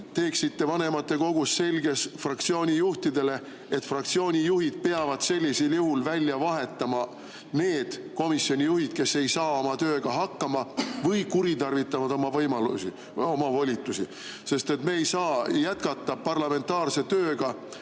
teeksite vanematekogus selgeks fraktsioonijuhtidele, et fraktsioonijuhid peavad sellisel juhul välja vahetama need komisjonijuhid, kes ei saa oma tööga hakkama või kuritarvitavad oma volitusi. Me ei saa jätkata parlamentaarse tööga,